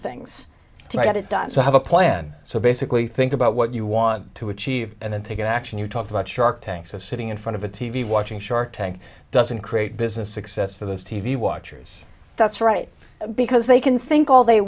things to get it done so have a plan so basically think about what you want to achieve and then take action you talked about shark tank so sitting in front of a t v watching shark tank doesn't create business success for those t v watchers that's right because they can think all they